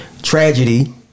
tragedy